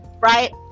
right